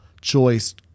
choice